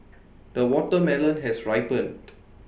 the watermelon has ripened